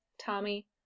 Tommy